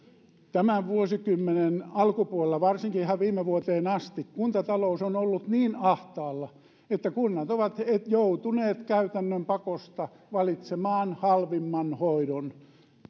tämän vuosikymmenen alkupuolella varsinkin ihan viime vuoteen asti kuntatalous on ollut niin ahtaalla että kunnat ovat joutuneet käytännön pakosta valitsemaan halvimman hoidon